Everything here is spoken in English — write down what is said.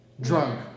drunk